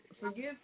forgive